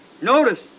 Notice